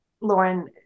Lauren